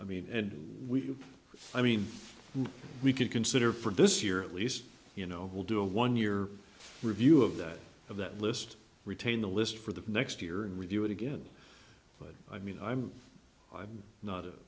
i mean and we i mean we could consider for this year at least you know we'll do a one year review of that of that list retain the list for the next year in review again but i mean i'm i'm not